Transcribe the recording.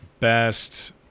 best